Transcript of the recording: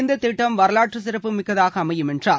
இந்தத் திட்டம் வரலாற்று சிறப்புமிக்கதாக அமையும் என்றார்